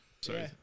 Sorry